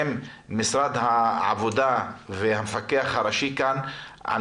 עם משרד העבודה והמפקח הראשי כאן על